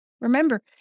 Remember